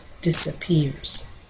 disappears